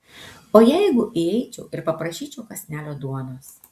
o jeigu įeičiau ir paprašyčiau kąsnelio duonos